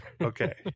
Okay